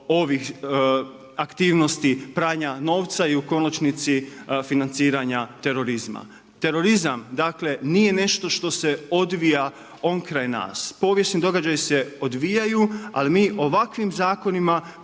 aktivnosti pranja novca i u konačnici financiranja terorizma. Terorizam dakle nije nešto što se odvija onkraj nas. Povijesni događaji se odvijaju, ali mi ovakvim zakonima